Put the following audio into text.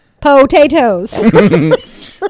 Potatoes